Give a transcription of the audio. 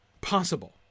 possible